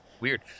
weird